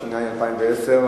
התש"ע